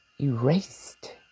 erased